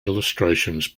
illustrations